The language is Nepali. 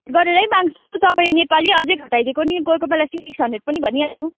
गरेरै माग्छु तपाईँ नेपाली अझै घटाइदिएको नि कोही कोही बेला सिक्स हन्ड्रेड पनि भनिहाल्छु